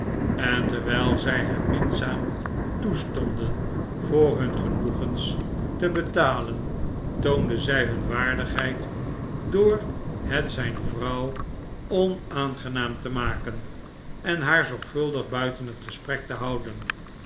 en terwijl zij hem minzaam toestonden voor hun genoegens te betalen toonden zij hun waardigheid door het zijn vrouw onaangenaam te maken en haar zorgvuldig buiten het gesprek te houden